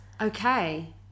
Okay